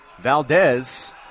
Valdez